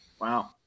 Wow